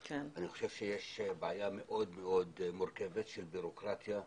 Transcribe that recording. אני חושב שיש בעיה מאוד מאוד מורכבת של בירוקרטיה,